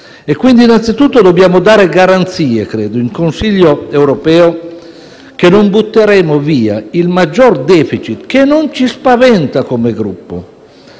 E quindi innanzitutto dobbiamo dare garanzie nel Consiglio europeo che non butteremo via il maggior *deficit*, che non ci spaventa come Gruppo,